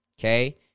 okay